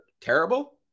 terrible